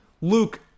Luke